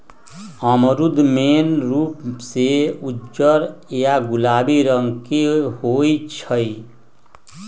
अमरूद मेन रूप से उज्जर या गुलाबी रंग के होई छई